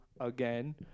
again